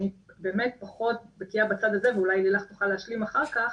אני באמת פחות בקיאה בצד הזה ואולי לילך תוכל להשלים אחר כך,